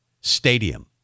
stadium